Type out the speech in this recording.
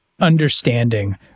understanding